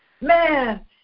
Man